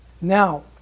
Now